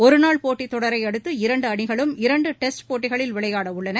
ஒருநாள் போட்டி தொடரை அடுத்து இரண்டு அணிகளும் இரண்டு டெஸ்டு போட்டிகளில் விளையாட உள்ளன